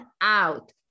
out